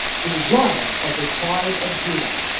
the lion of the tribe of judah.